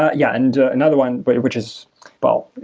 ah yeah, and another one but which is well,